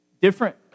different